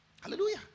Hallelujah